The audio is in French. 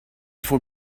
faut